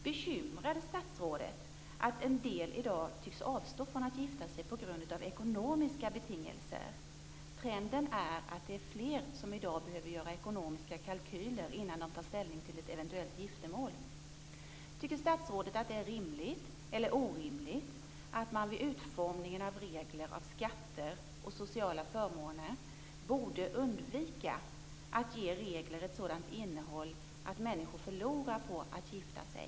Bekymrar det statsrådet att en del i dag tycks avstå från att gifta sig på grund av ekonomiska betingelser? Trenden är att det är fler som i dag behöver göra ekonomiska kalkyler innan de tar ställning till ett eventuellt giftermål. Tycker statsrådet att det är rimligt eller orimligt att man vid utformningen av regler för skatter och sociala förmåner borde undvika att ge regler ett sådant innehåll att människor förlorar på att gifta sig?